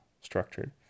structured